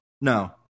No